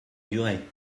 durée